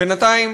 בינתיים,